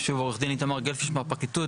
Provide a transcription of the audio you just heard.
עורך דין איתמר גלבפיש מהפרקליטות,